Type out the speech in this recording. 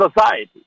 society